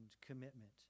commitment